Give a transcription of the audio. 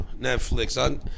Netflix